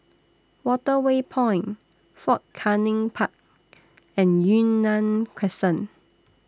Waterway Point Fort Canning Park and Yunnan Crescent